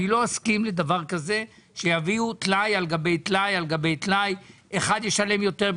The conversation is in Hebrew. אני לא אסכים שיביאו טלאי על גבי טלאי; שאחד ישלם פחות,